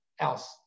else